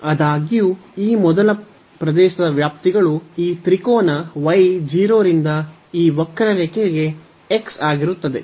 ಆದಾಗ್ಯೂ ಈ ಮೊದಲ ಪ್ರದೇಶದ ವ್ಯಾಪ್ತಿಗಳು ಈ ತ್ರಿಕೋನ y 0 ರಿಂದ ಈ ವಕ್ರರೇಖೆಗೆ x ಆಗಿರುತ್ತದೆ